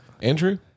Andrew